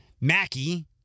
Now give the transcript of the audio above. Mackie